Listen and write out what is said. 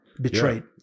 betrayed